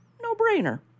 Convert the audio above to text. no-brainer